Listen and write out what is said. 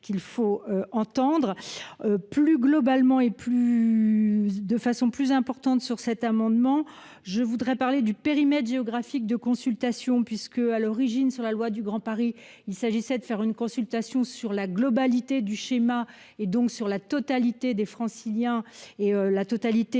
qu'il faut entendre. plus globalement et pluss De façon plus importante, sur cet amendement, je voudrais parler du périmètre géographique de consultation puisque, à l'origine de la loi du Grand Paris, il s'agissait de faire une consultation sur la globalité du schéma et donc sur la totalité des Franciliens et la totalité